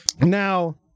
Now